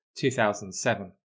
2007